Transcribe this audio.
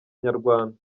inyarwanda